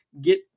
get